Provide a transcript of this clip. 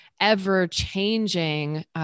ever-changing